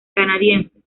canadienses